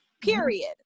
period